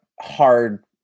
hard